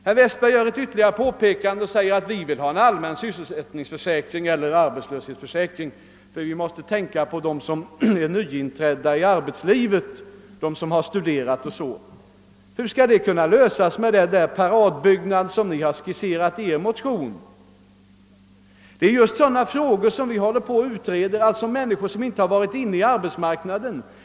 Herr Westberg gör ett ytterligare påpekande och säger att vi vill ha en allmän sysselsättningsförsäkring också därför att vi måste tänka på dem som är nyinträdda i arbetslivet, på dem som har studerat. Hur skall detta kunna lösas med hjälp av den paradbyggnad som ni har skisserat i er motion? Det är sådana frågor som vi håller på att utreda. Det gäller dem som ännu inte varit inne på arbetsmarknaden.